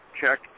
check